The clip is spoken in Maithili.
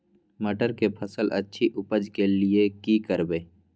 मटर के फसल अछि उपज के लिये की करबै?